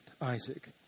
Isaac